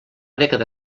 dècada